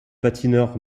patineur